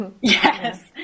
yes